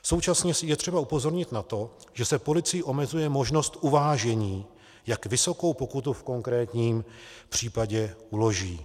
Současně je třeba upozornit na to, že se policii omezuje možnost uvážení, jak vysokou pokutu v konkrétním případě uloží.